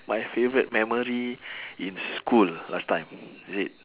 my favourite memory in school last time is it